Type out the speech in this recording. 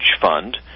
fund